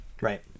Right